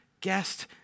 guest